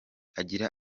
agira